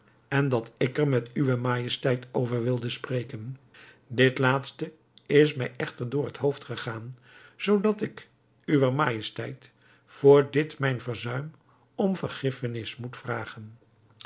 en dat ik er met uwe majesteit over wilde spreken dit laatste is mij echter door het hoofd gegaan zoodat ik uwer majesteit voor dit mijn verzuim om vergiffenis moet vragen